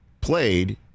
played